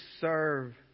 serve